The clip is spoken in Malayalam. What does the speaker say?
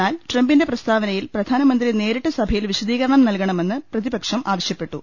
എന്നാൽ ട്രംപിന്റെ പ്രസ്താവനയിൽ പ്രധാനമന്ത്രി നേരിട്ട് സഭ യിൽ വിശദീകരണം നൽകണമെന്ന് പ്രതിപക്ഷം ആവശ്യപ്പെട്ടു